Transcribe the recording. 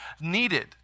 needed